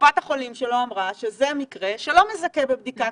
קופת החולים שלו אמרה שזה מקרה שלא מזכה בבדיקה.